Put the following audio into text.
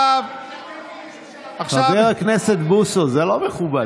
מתן, גם בגיור רפורמי